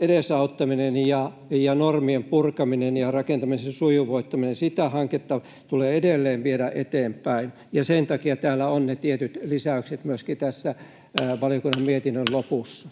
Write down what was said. edesauttamista, normien purkamista ja rakentamisen sujuvoittamista. Sitä hanketta tulee edelleen viedä eteenpäin, ja sen takia täällä ovat ne tietyt lisäykset myöskin tässä valiokunnan mietinnön lopussa.